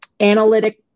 Analytic